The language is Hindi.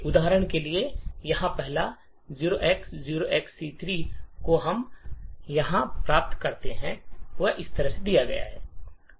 उदाहरण के लिए यहां पहला 0x0XC3 जो हम यहां प्राप्त करते हैं यह है